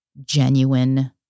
genuine